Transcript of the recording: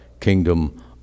kingdom